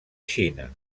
xina